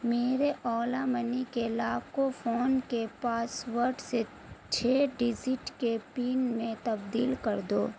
میرے اولا منی کے لاک کو فون کے پاسورٹ سے چھ ڈزٹ کے پن میں تبدیل کر دو